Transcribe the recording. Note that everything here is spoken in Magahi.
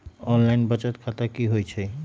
ऑनलाइन बचत खाता की होई छई?